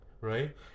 Right